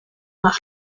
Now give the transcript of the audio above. var